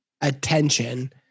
attention